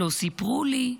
לא סיפרו לי,